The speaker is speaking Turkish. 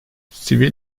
sivil